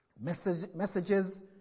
messages